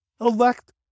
Elect